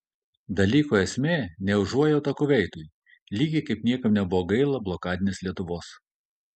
dalyko esmė ne užuojauta kuveitui lygiai kaip niekam nebuvo gaila blokadinės lietuvos